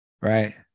right